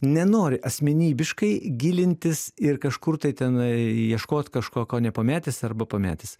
nenori asmenybiškai gilintis ir kažkur tai tenai ieškot kažko ko nepametęs arba pametęs